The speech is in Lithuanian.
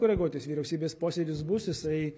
koreguotis vyriausybės posėdis bus jisai